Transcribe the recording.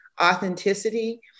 authenticity